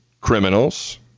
criminals